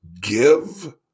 give